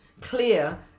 clear